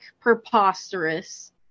preposterous